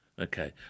Okay